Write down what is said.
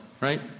right